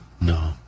No